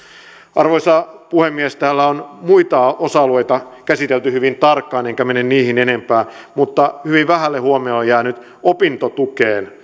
arvoisa puhemies täällä on muita osa alueita käsitelty hyvin tarkkaan enkä mene niihin enempää mutta hyvin vähälle huomiolle keskustelussa ovat jääneet opintotukeen